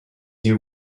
you